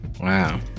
Wow